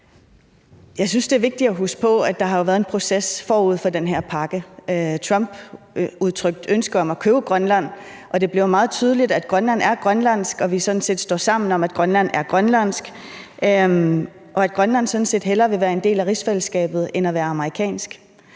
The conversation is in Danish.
det er vigtigt at huske på, at der har været en proces forud for den her pakke. Trump udtrykte et ønske om at købe Grønland, og det blev jo meget tydeligt, at Grønland er grønlandsk, og at vi sådan set står sammen om, at Grønland er grønlandsk,